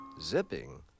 Zipping